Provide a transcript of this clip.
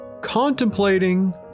Contemplating